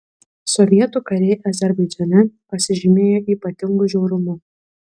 sovietų kariai azerbaidžane pasižymėjo ypatingu žiaurumu